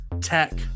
tech